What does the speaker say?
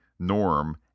Norm